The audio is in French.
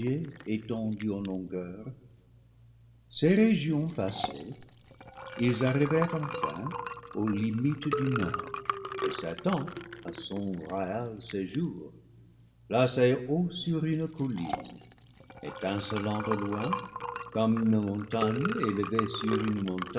étendu en lon gueur ces région passées ils arrivèrent enfin aux limites du nord et satan à son royal séjour placé haut sur une colline étin celant au loin comme une montagne élevée sur une